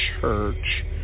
church